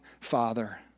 father